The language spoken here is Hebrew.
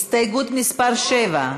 הסתייגות מס' 7?